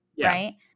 right